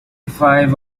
five